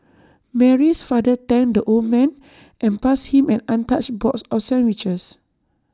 Mary's father thanked the old man and passed him an untouched box of sandwiches